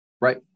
Right